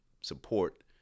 support